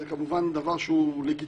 זה כמובן דבר לגיטימי.